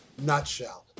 nutshell